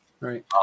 right